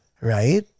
Right